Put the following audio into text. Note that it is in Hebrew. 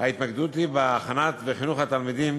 ההתמקדות היא בהכנה ובחינוך של התלמידים